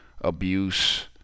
abuse